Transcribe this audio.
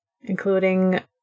including